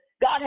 God